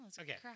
okay